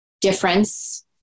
difference